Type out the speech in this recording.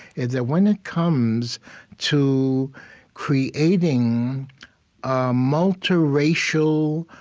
is that when it comes to creating a multiracial,